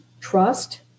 trust